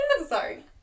Sorry